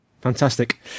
Fantastic